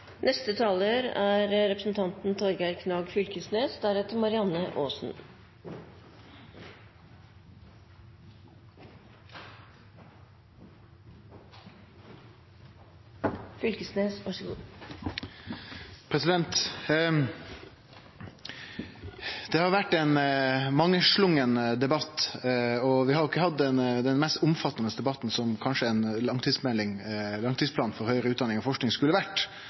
neste stortingsperiode? Det synes jeg vi kan få svar på. Det har vore ein mangslungen debatt, og vi har ikkje hatt den mest omfattande debatten som ein langtidsplan for høgare utdanning og forsking kanskje skulle ha vore.